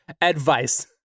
advice